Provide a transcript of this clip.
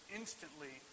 instantly